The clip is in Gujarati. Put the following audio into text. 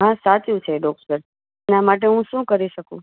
હા સાચું છે ડોક્ટર એના માટે હું શું કરી શકું